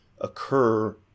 occur